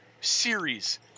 series